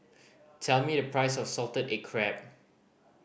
tell me the price of salted egg crab